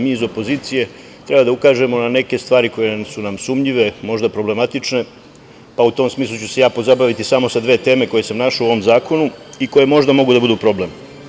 Mi iz opozicije treba da ukažemo na neke stvari koje su nam sumnjive, možda problematične, pa u tom smislu ću se ja pozabaviti samo sa dve teme koje sam našao u ovom zakonu i koje možda mogu da budu problem.